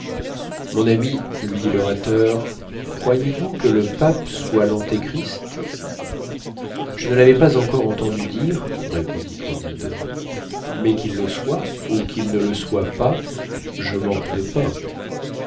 mon ami lui dit l'orateur croyez-vous que le pape soit l'antechrist je ne l'avais pas encore entendu dire répondit candide mais qu'il le soit ou qu'il ne le soit pas je manque de pain